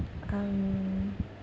um